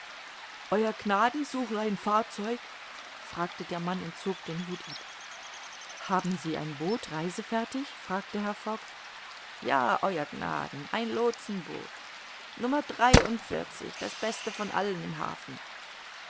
ew gnaden suchen ein fahrzeug fragte der mann und zog den hut ab haben sie ein boot reisefertig fragte herr fogg ja ew gnaden ein lootsenboot nr das beste von allen im hafen